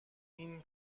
این